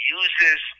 uses